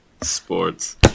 Sports